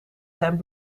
zijn